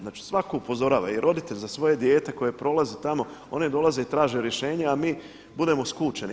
Znači svako upozorava i roditelj za svoje dijete koji prolazi tamo oni dolaze i traže rješenja, a mi budemo skučeni.